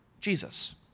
Jesus